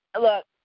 look